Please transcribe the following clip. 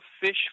fish